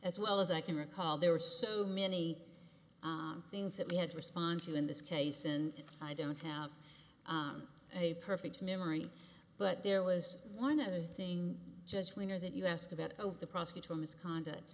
as well as i can recall there were so many things that we had to respond to in this case and i don't have a perfect memory but there was one other thing judge winner that you asked about of the prosecutor misconduct